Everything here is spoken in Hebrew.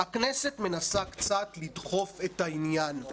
הכנסת מנסה קצת לדחוף את העניין.